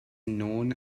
known